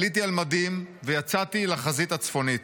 עליתי על מדים ויצאתי לחזית הצפונית.